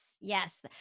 Yes